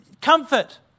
comfort